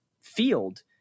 field